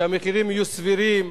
שהמחירים יהיו סבירים,